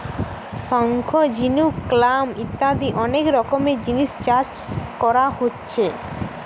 শঙ্খ, ঝিনুক, ক্ল্যাম ইত্যাদি অনেক রকমের জিনিস চাষ কোরা হচ্ছে